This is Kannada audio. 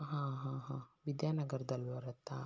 ಹಾಂ ಹಾಂ ಹಾಂ ವಿದ್ಯಾನಗರ್ದಲ್ಲಿ ಬರುತ್ತಾ